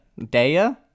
daya